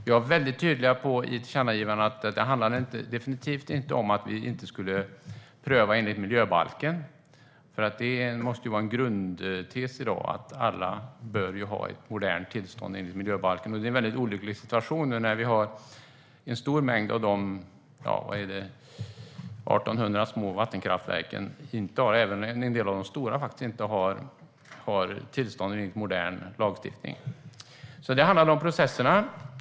Vi var i tillkännagivandet väldigt tydliga med att det definitivt inte handlade om att vi inte skulle pröva enligt miljöbalken. Det måste ju vara en grundtes i dag att alla bör ha ett modernt tillstånd enligt miljöbalken. Det är en väldigt olycklig situation att ett stort antal av de ca 1 800 små vattenkraftverken och även en del av de stora inte har tillstånd enligt modern lagstiftning. Det handlar alltså om processerna.